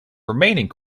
remaining